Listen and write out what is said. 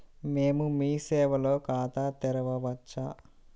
మేము మీ సేవలో ఖాతా తెరవవచ్చా?